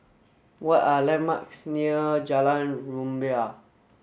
what are the landmarks near Jalan Rumbia